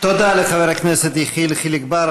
תודה לחבר הכנסת יחיאל חיליק בר,